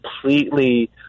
completely